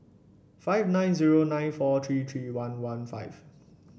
five nine zero nine four three three one one five